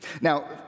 now